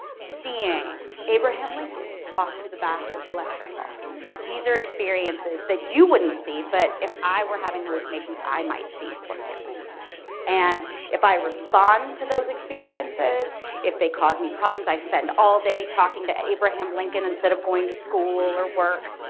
seeing abraham lincoln walk through the back of the lecture hall these are experiences that you wouldn't see but if i were having hallucinations i might see or hear and if i respond to those experiences if they cause me problems i spend all day talking to abraham lincoln instead of going to school or work.